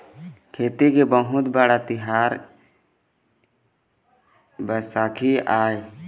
खेती के बहुत बड़का तिहार बइसाखी आय